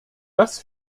dass